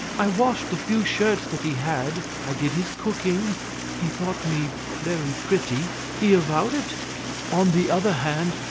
i washed the few shirts that he had, i did his cooking he thought me very pretty he avowed it on the other hand,